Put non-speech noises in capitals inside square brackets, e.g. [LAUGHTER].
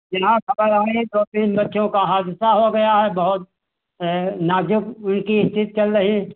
यहाँ [UNINTELLIGIBLE] दो तीन बच्चों का हादसा हो गया है बहुत नाज़ुक उनकी स्थिति चल रही